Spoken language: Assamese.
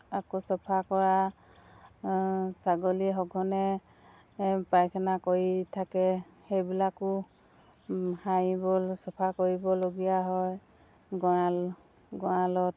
আকৌ চাফা কৰা ছাগলী সঘনে পায়খানা কৰি থাকে সেইবিলাকো সাৰিব চাফা কৰিবলগীয়া হয় গঁৰাল গঁৰালত